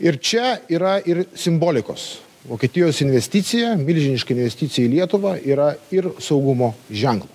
ir čia yra ir simbolikos vokietijos investicija milžiniška investicija į lietuvą yra ir saugumo ženk